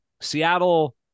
Seattle